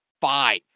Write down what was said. five